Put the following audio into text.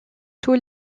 tous